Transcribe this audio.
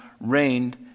reigned